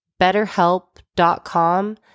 betterhelp.com